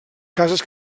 cases